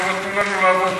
חבר'ה, תנו לנו לעבוד.